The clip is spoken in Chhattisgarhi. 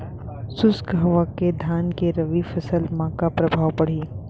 शुष्क हवा के धान के रबि फसल मा का प्रभाव पड़ही?